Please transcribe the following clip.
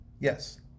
Yes